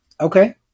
Okay